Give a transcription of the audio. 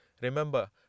Remember